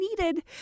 needed